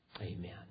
Amen